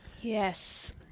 Yes